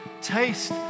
Taste